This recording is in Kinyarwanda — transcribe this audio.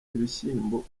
ibishyimbo